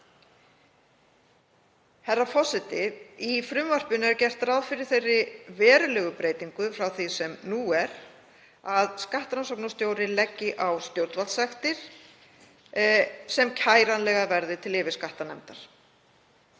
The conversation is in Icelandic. Herra forseti. Í frumvarpinu er gert ráð fyrir þeirri verulegu breytingu frá því sem nú er að skattrannsóknarstjóri leggi á stjórnvaldssektir sem kæranlegar verði til yfirskattanefndar.